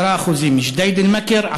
10%; ג'דיידה-מכר,